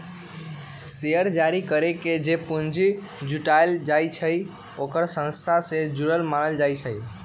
share जारी करके जे पूंजी जुटाएल जाई छई ओकरा संस्था से जुरल मानल जाई छई